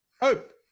Hope